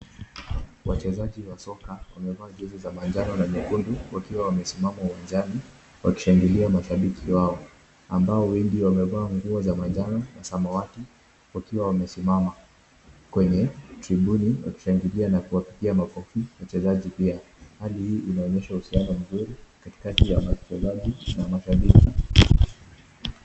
Wachezaji wa soka wamevaa jezi za manjano na nyekundu wakiwa wamesimama uwanjani wakishangilia mashabiki wao ambao wengi wamevaa nguo za manjano na samawati wakiwa wamesimama kwenye tribuni wakishangilia na kuwapigia makofi wachezaji pia. Hali hii inaonyesha uhusiano mzuri katikati ya wachezaji na mashabiki.